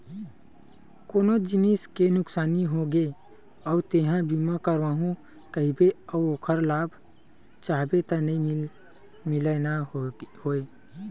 कोनो जिनिस के नुकसानी होगे अउ तेंहा बीमा करवाहूँ कहिबे अउ ओखर लाभ चाहबे त नइ मिलय न गोये